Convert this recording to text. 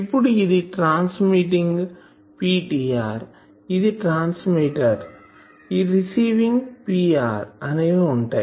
ఇప్పుడు ఇది transmitting Pt ఇది ట్రాన్స్మిట్ రిసీవింగ్ Pr అనేవి అవే ఉంటాయి